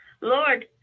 Lord